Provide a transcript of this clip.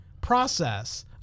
Process